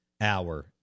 hour